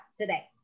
today